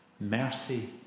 Mercy